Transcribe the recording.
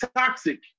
toxic